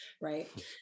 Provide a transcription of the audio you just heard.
right